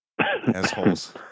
assholes